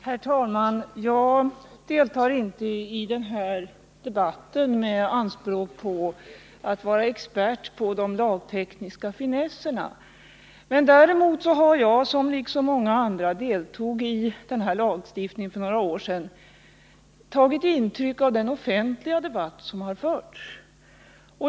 Herr talman! Jag deltar inte i den här debatten med anspråk på att vara expert på de lagtekniska finesserna. Däremot har jag, liksom många andra som deltog i beslutet om den här lagstiftningen för några år sedan, tagit intryck av den offentliga debatt som har förts.